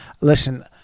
listen